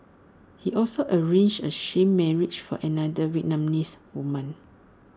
he also arranged A sham marriage for another Vietnamese woman